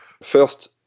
First